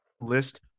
list